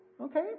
okay